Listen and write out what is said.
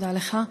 תודה לך.